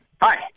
Hi